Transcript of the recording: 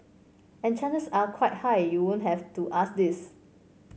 and chances are quite high you won't have to ask this